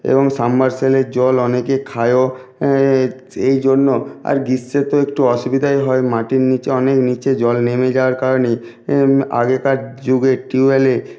এবং সাবমারসেলের জল অনেকে খায়ও এই জন্য আর গ্রীষ্মে তো একটু অসুবিধাই হয় মাটির নীচে অনেক নীচে জল নেমে যাওয়ার কারণেই আগেকার যুগে টিউওয়েলে